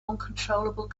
uncontrollable